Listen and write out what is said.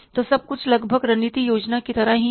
तो सब कुछ लगभग रणनीतिक योजना की तरह ही है